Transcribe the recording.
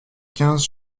quinze